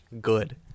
Good